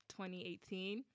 2018